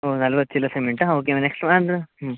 ಹೋ ನಲ್ವತ್ತು ಚೀಲ ಸಿಮೆಂಟ ಹಾಂ ಓಕೆ ನೆಕ್ಸ್ಟ್ ಬಂದು ಹ್ಞೂ